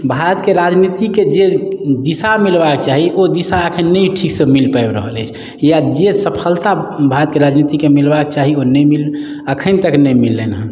भारत के राजनीती के जे दिशा मिलबा के चाही ओ दिशा अखन नहि ठीक सँ मिल पाबि रहल अछि या जे सफलता भारत के राजनीती के मिलबा के चाही ओ नहि मिल अखन तक नहि मिललनि हँ